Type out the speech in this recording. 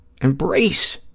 Embrace